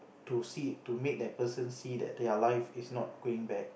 to see to make that person see that their life is not going bad